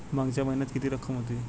मागच्या महिन्यात किती रक्कम होती?